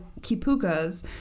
kipukas